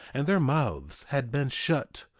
and their mouths had been shut,